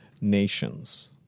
nations